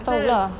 lah